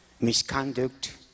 misconduct